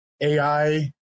AI